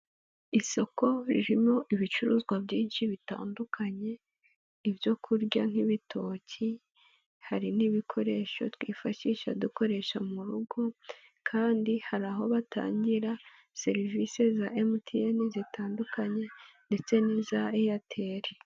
Isoko ririmo ibicuruzwa byinshi bitandukanye, ibyo kurya nk'ibitoki, hari n'ibikoresho twifashisha dukoresha mu rugo, kandi hari aho batangira serivisi za MTN zitandukanye ndetse n'iza Airtel.